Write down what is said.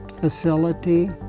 facility